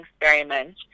experiment